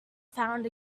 found